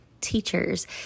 teachers